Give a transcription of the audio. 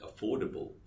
affordable